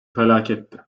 felaketti